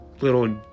little